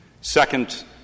Second